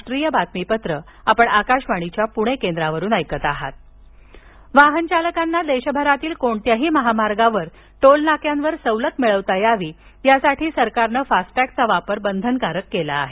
FASTag वाहन चालकांना देशभरातील कोणत्याही महामार्गावरील टोल नाक्यांवर सवलत मिळवता यावी यासाठी सरकारनं फास्टॅगचा वापर बंधनकारक केला आहे